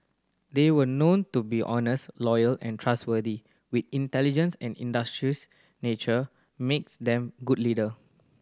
they were known to be honest loyal and trustworthy with intelligence and industrious nature makes them good leader